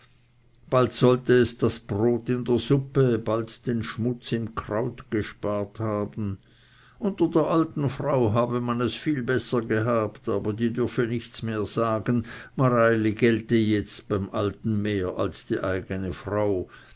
bald sollte es das brot in der suppe bald den schmutz im kraut gespart haben unter der alten frau habe man es viel besser gehabt aber die dürfe nichts mehr sagen mareili gelte jetzt beim alten mehr als die eigene frau